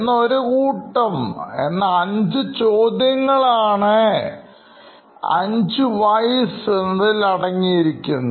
എന്ന ഒരു കൂട്ടം ചോദ്യങ്ങളാണ് അഞ്ചു വൈസ്എന്നതിൽ അടങ്ങിയിരിക്കുന്നത്